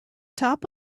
top